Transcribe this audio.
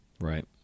Right